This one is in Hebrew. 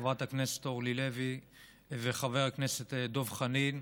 חברת הכנסת אורלי לוי וחבר הכנסת דב חנין,